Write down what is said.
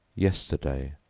yesterday,